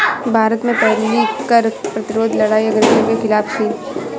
भारत में पहली कर प्रतिरोध लड़ाई अंग्रेजों के खिलाफ थी